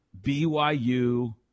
BYU